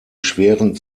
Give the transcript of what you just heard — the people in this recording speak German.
schweren